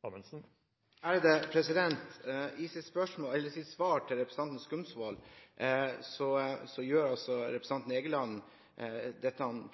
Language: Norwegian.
det på plass. I sitt svar til representanten Skumsvoll gjør representanten Egeland